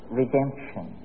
redemption